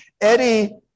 Eddie